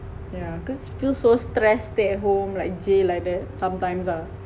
yeah cause it's feels so stress stay at home like jail like that sometimes ah